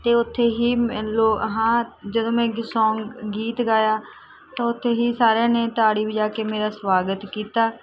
ਅਤੇ ਉੱਥੇ ਹੀ ਮ ਲੋ ਹਾਂ ਜਦੋਂ ਮੈਂ ਗੀਤ ਸੌਂਗ ਗੀਤ ਗਾਇਆ ਤਾਂ ਓਥੇ ਹੀ ਸਾਰਿਆਂ ਨੇ ਤਾੜੀ ਵਜਾ ਕੇ ਮੇਰਾ ਸਵਾਗਤ ਕੀਤਾ